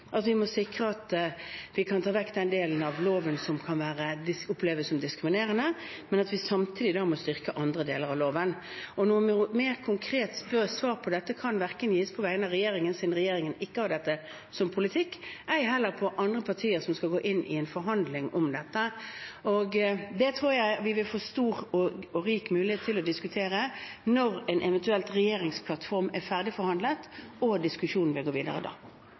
vi må sikre at vi kan ta vekk den delen av loven som kan oppleves som diskriminerende, men at vi samtidig da må styrke andre deler av loven. Noe mer konkret svar på dette kan ikke gis, verken på vegne av regjeringen, siden regjeringen ikke har dette som politikk, eller på vegne av andre partier som skal gå inn i en forhandling om dette. Det tror jeg vi vil få stor og rik mulighet til å diskutere når en eventuell regjeringsplattform er ferdigforhandlet. Diskusjonen vil gå videre